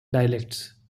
dialects